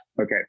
Okay